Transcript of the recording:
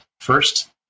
first